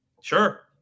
sure